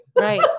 Right